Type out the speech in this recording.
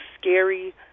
scary